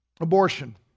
Abortion